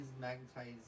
magnetized